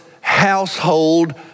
household